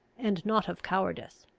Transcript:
and not of cowardice.